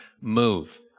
move